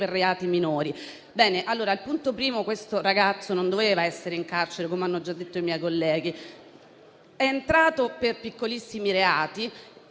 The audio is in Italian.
per reati minori. Il punto primo è che questo ragazzo non doveva essere in carcere, come hanno già detto i miei colleghi: vi è entrato per piccolissimi reati,